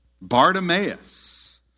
Bartimaeus